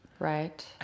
Right